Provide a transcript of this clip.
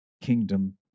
kingdom